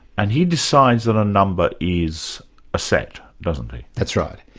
and he decides that a number is a set, doesn't he? that's right.